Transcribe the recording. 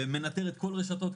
מנתר את כל רשתות,